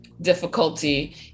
difficulty